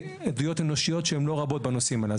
בעדויות אנושיות שהן לא רבות בנושאים האלה.